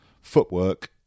footwork